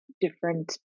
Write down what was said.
different